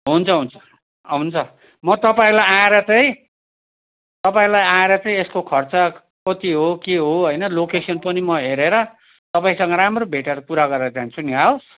हुन्छ हुन्छ अँ हुन्छ म तपाईँलाई आएर चाहिँ तपाईँलाई आएर चाहिँ यसको खर्च कति हो के हो होइन लोकेसन पनि म हेरेर तपाईँसँग राम्रो भेटेर कुरा गरेर जान्छु नि हवस्